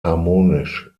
harmonisch